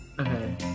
okay